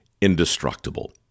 indestructible